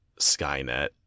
Skynet